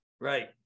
right